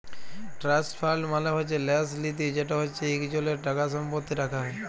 trust fund মালে হছে ল্যাস লিতি যেট হছে ইকজলের টাকা সম্পত্তি রাখা হ্যয়